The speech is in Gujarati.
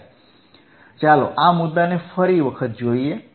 ચાલો આ મુદ્દાને ફરી વખત જોઈએ